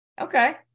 Okay